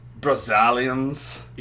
Brazilians